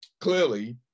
clearly